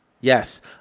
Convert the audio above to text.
Yes